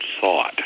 thought